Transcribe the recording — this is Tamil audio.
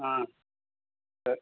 ஆ சேரி